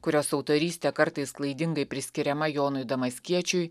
kurios autorystė kartais klaidingai priskiriama jonui damaskiečiui